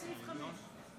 לסעיף 5,